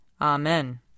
Amen